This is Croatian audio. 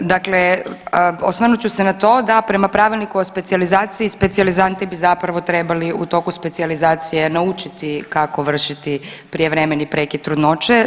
Dakle, osvrnut ću se na to da prema Pravilniku o specijalizaciji specijalizanti bi zapravo trebali u toku specijalizacije naučiti kako vršiti prijevremeni prekid trudnoće.